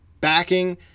backing